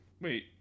Wait